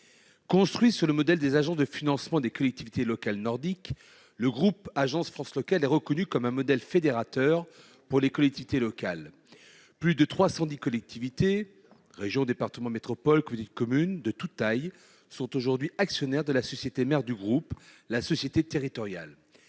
Construit sur le modèle des agences de financement des collectivités locales nordiques, le groupe Agence France locale est reconnu comme fédérateur pour les collectivités locales. Plus de 310 collectivités locales, régions, départements, métropoles, communautés et communes de toutes tailles, sont aujourd'hui actionnaires de la société mère du groupe, la société territoriale.